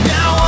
Now